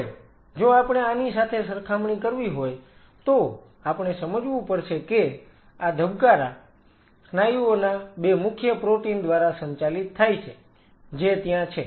હવે જો આપણે આની સાથે સરખામણી કરવી હોય તો આપણે સમજવું પડશે કે આ ધબકારા સ્નાયુઓના બે મુખ્ય પ્રોટીન દ્વારા સંચાલિત થાય છે જે ત્યાં છે